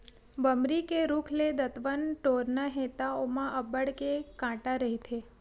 बमरी के रूख ले दतवत टोरना हे त ओमा अब्बड़ के कांटा रहिथे